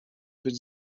być